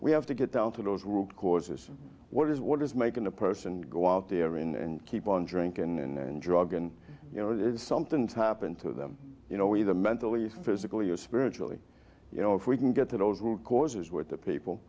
we have to get down to those root causes what is what is making a person go out there in keep on drinking and drug and you know if something happens to them you know either mentally physically or spiritually you know if we can get to those root causes with the people